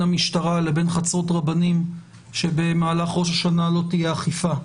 המשטרה לבין חצרות רבנים שבמהלך ראש השנה לא תהיה אכיפה.